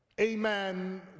Amen